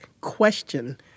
question